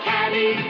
Caddy